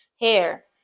hair